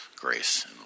grace